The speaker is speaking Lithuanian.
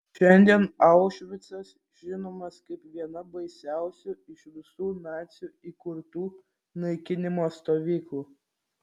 šiandien aušvicas žinomas kaip viena baisiausių iš visų nacių įkurtų naikinimo stovyklų